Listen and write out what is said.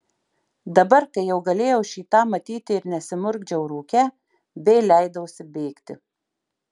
dabar kai jau galėjau šį tą matyti ir nesimurkdžiau rūke vėl leidausi bėgti